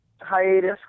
hiatus